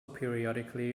periodically